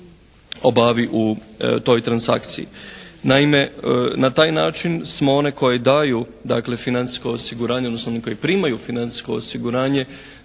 obavi u toj transakciji. Naime, na taj način smo one koji daju dakle financijsko osiguranje odnosno oni koji primaju financijsko osiguranje